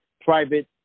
private